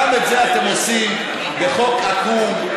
גם אתם זה עושים בחוק עקום,